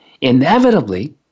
inevitably